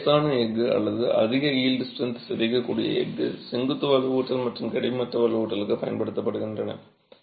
பொதுவாக லேசான எஃகு அல்லது அதிக யீல்ட் ஸ்ட்ரெந்த் சிதைக்கக்கூடிய எஃகு செங்குத்து வலுவூட்டல் மற்றும் கிடைமட்ட வலுவூட்டலுக்குப் பயன்படுத்தப்படுகின்றன